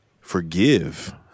forgive